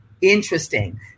Interesting